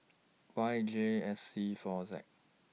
Y J S C four Z